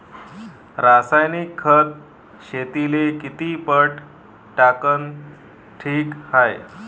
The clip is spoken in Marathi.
रासायनिक खत शेतीले किती पट टाकनं ठीक हाये?